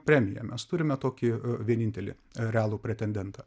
premiją mes turime tokį vienintelį realų pretendentą